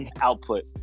output